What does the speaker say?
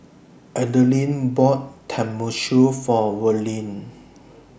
Adilene bought Tenmusu For Verlyn